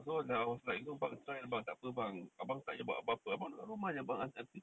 ah so like I was like bang try takpe bang abang tak payah buat apa-apa abang